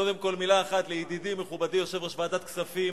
קודם כול מלה אחת לידידי מכובדי יושב-ראש ועדת הכספים,